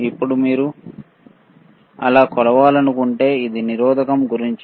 ఇప్పుడు మీరు అలా కొలవాలనుకుంటే ఇది నిరోధకం గురించి